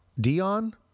Dion